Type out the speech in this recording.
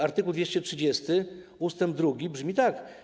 Art. 230 ust. 2 brzmi tak: